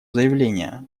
заявление